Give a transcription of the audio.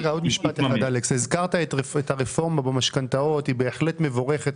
הזכרת את הרפורמה במשכנתאות היא בהחלט מבורכת,